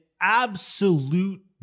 absolute